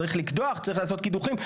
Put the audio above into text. צריך לקדוח, צריך לעשות קידוחים.